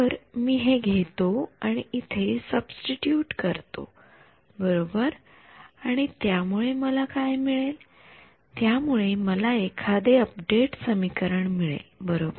तर मी हे घेतो आणि इथे सब्स्टिटूट करतो बरोबर आणि त्यामुळे मला काय मिळेल त्यामुळे मला एखादे अपडेट समीकरण मिळेल बरोबर